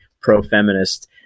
pro-feminist